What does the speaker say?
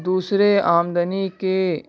دوسرے آمدنی کے